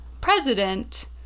president